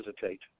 hesitate